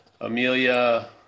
Amelia